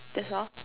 that's all